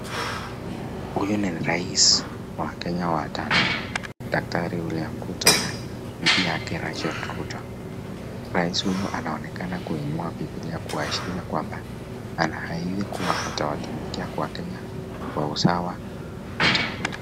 Huyu ni rais wa kenya wa tano Daktari William Ruto na bibi yake Rachel Ruto. Rais huyu anaonekana kuinua bibilia kuashiria kwamba anaahidi kuwa atawatumikia wakenya kwa usawa wowote ule.